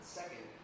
second